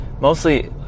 Mostly